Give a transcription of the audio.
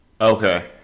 Okay